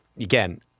again